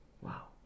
Wow